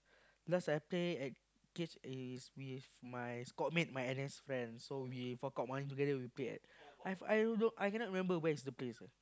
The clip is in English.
last I play at cage is with my squad mate my N_S friends so we fork out money together we play at I don't know I cannot even remember where the place at sir